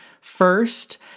first